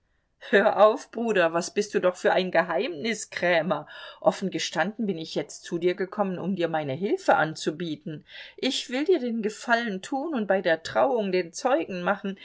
hör auf bruder was bist du doch für ein geheimniskrämer offen gestanden bin ich jetzt zu dir gekommen um dir meine hilfe anzubieten ich will dir den gefallen tun und bei der trauung den zeugen machen